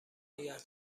نگه